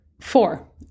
Four